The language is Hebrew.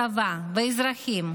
הצבא והאזרחים.